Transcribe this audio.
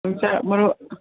ꯌꯣꯡꯆꯥꯛ ꯃꯔꯨ